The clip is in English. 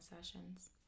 sessions